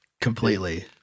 Completely